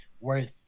worth